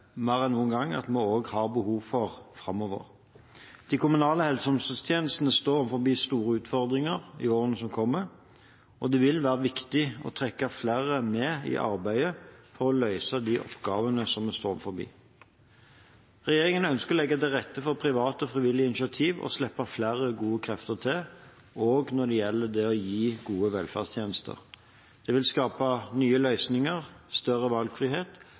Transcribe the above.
mer enn noen gang at vi også har behov for dem framover. De kommunale helse- og omsorgstjenestene står overfor store utfordringer i årene som kommer, og det vil være viktig å trekke flere med i arbeidet for å løse de oppgavene vi står overfor. Regjeringen ønsker å legge til rette for private og frivillige initiativ og slippe flere gode krefter til også når det gjelder det å gi gode velferdstjenester. Det vil skape nye løsninger, større valgfrihet